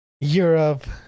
Europe